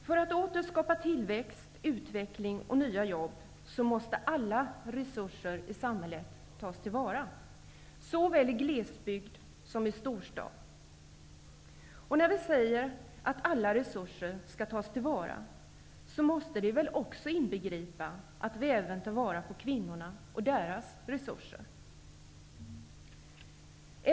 För att åter skapa tillväxt, utveckling och nya jobb måste alla resurser i samhället tas till vara; såväl i glesbygd som i storstad. När vi säger att alla resurser skall tas till vara måste det väl inbegripa att vi även tar vara på kvinnorna och deras resurser.